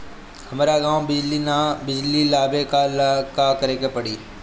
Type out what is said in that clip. हमरा गॉव बिजली न बा बिजली लाबे ला का करे के पड़ी?